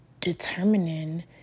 determining